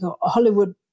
Hollywood